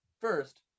First